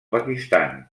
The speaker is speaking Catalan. pakistan